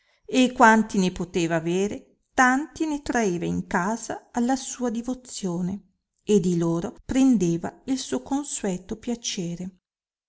e quanti ne poteva avere tanti ne traeva in casa alla sua divozione e di loro prendeva il suo consueto piacere